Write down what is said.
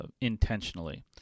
intentionally